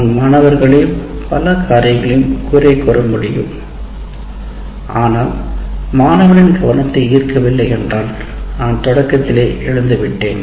நான் மாணவர்களையும் பல காரியங்களையும் குறை கூற முடியும் ஆனால் மாணவனின் கவனத்தை ஈர்க்கவில்லை என்றால் நான் தொடக்கத்திலேயே இழந்துவிட்டேன்